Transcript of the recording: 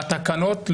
בתקנות לא.